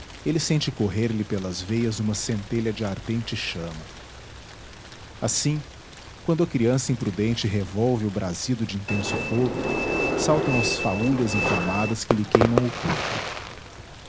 ele sente correr-lhe pelas veias uma centelha de ardente chama assim quando a criança imprudente revolve o brasido de intenso fogo saltam as faúlhas inflamadas que lhe queimam o corpo